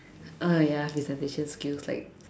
uh ya presentation skills like